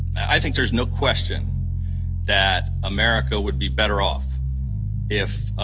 i think there's no question that america would be better off if,